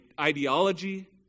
ideology